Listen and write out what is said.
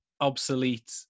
obsolete